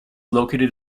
located